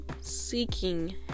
seeking